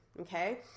okay